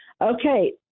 Okay